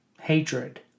hatred